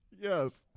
yes